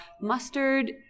mustard